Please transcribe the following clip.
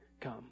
come